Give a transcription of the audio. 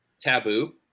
taboo